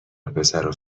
وپسرو